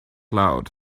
loud